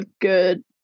good